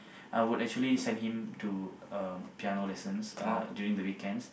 I would actually send him to uh piano lessons uh during the weekends